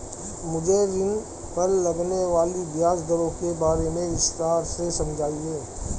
मुझे ऋण पर लगने वाली ब्याज दरों के बारे में विस्तार से समझाएं